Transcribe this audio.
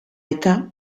eta